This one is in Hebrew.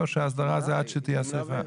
או שהאסדרה זה עד שתהיה השריפה?